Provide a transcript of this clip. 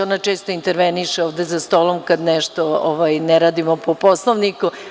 Ona često interveniše ovde za stolom kada nešto ne radimo po Poslovniku.